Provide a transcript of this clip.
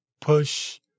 push